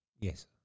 Yes